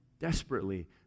desperately